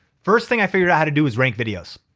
first thing i figured out how to do is rank videos.